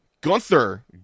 Gunther